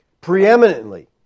preeminently